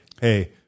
Hey